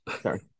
Sorry